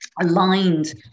aligned